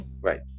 Right